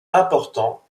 important